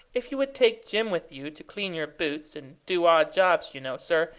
if you would take jim with you to clean your boots, and do odd jobs, you know, sir,